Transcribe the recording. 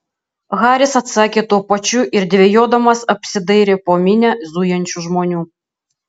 haris atsakė tuo pačiu ir dvejodamas apsidairė po minią zujančių žmonių